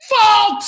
fault